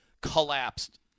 collapsed